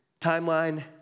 timeline